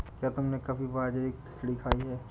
क्या तुमने कभी बाजरे की खिचड़ी खाई है?